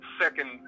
second